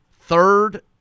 third